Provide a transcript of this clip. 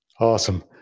Awesome